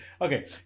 Okay